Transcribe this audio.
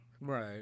right